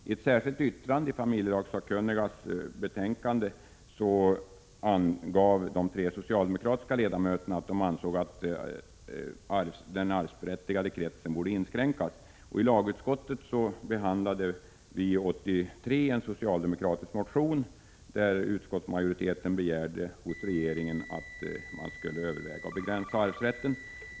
I ett särskilt yttrande i familjelagssakkunnigas betänkande angav de tre socialdemokratiska ledamöterna att de ansåg att kretsen av arvsberättigade borde inskränkas. I lagutskottet behandlade vi år 1983 en socialdemokratisk motion, och utskottsmajoriteten begärde att regeringen skulle överväga att begränsa arvsrätten.